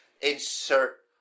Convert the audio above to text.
insert